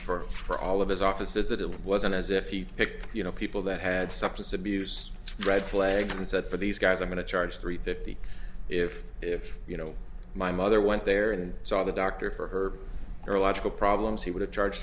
for for all of his office visit it wasn't as if he'd picked you know people that had substance abuse red flags and said for these guys i'm going to charge three fifty if if you know my mother went there and saw the doctor for her or logical problems he would have charge